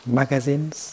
magazines